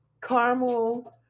caramel